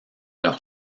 leur